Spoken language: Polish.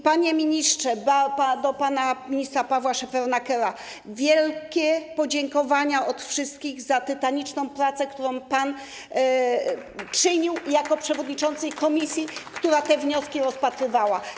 Panie ministrze, zwracam się do pana ministra Pawła Szefernakera, wielkie podziękowania od wszystkich za tytaniczną pracę, którą pan wykonał jako przewodniczący komisji, która te wnioski rozpatrywała.